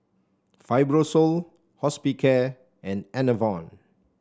Fibrosol Hospicare and Enervon